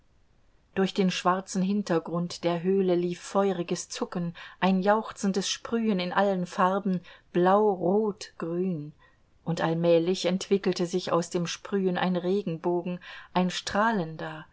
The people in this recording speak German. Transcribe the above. durch den schwarzen hintergrund der höhle lief feuriges zucken ein jauchzendes sprühen in allen farben blau rot grün und allmählich entwickelte sich aus dem sprühen ein regenbogen ein strahlender